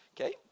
Okay